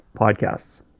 podcasts